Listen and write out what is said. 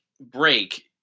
break